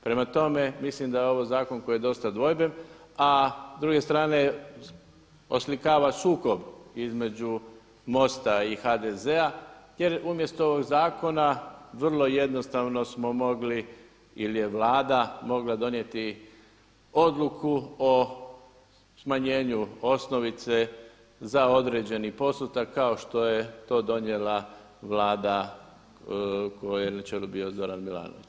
Prema tome, mislim da je ovo zakon koji je dosta dvojben, a s druge strane oslikava sukob između MOST-a i HDZ-a jer umjesto ovog zakona vrlo jednostavno smo mogli ili je Vlada mogla donijeti odluku o smanjenju osnovice za određeni postotak kao što je to donijela Vlada kojoj je na čelu bio Zoran Milanović.